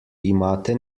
imate